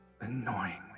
annoyingly